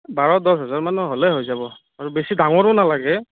বাৰ দহ হেজাৰ মানৰ হ'লে হৈ যাব আৰু বেছি ডাঙৰো নালাগে